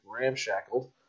ramshackled